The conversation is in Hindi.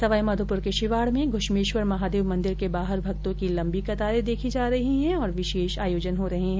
सवाईमाधोपुर के शिवाड में घुश्मेश्वर महादेव मंदिर के बाहर भक्तो की लंबी कतारे देखी जा रही है और विशेष आयोजन हो रहे है